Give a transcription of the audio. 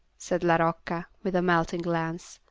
said la rocca, with a melting glance,